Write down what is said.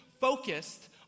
focused